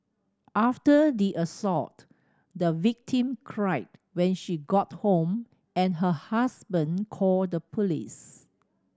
after the assault the victim cried when she got home and her husband called the police